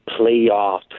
Playoff